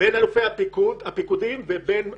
בין אלופי הפיקודים ובין מז"י.